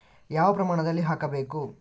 ಯಾವ ಪ್ರಮಾಣದಲ್ಲಿ ಹಾಕಬೇಕು?